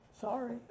Sorry